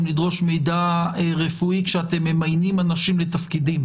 לדרוש מידע רפואי כשאתם ממיינים אנשים לתפקידים.